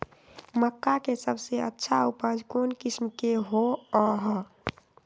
मक्का के सबसे अच्छा उपज कौन किस्म के होअ ह?